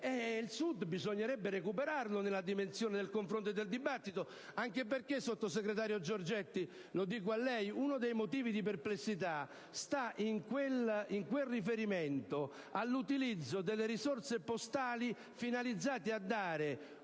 aprire. Bisognerebbe recuperare il Sud nella dimensione del confronto e del dibattito, anche perché, sottosegretario Giorgetti, uno dei motivi di perplessità sta nel riferimento all'utilizzo delle risorse postali finalizzate a dare